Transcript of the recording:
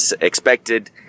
expected